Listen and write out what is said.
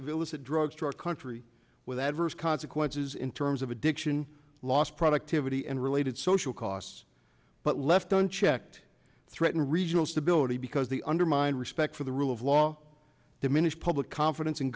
illicit drugs to our country with adverse consequences in terms of addiction lost productivity and related social costs but left unchecked threaten regional stability because the undermine respect for the rule of law diminish public confidence in